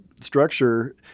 structure